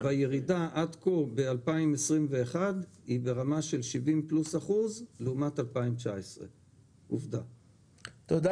הירידה עד כה ב-2021 היא ברמה של 70% פלוס לעומת 2019. זו עובדה.